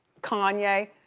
kanye,